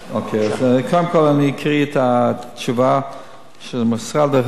קודם כול אני אקריא את התשובה שהמשרד הכין,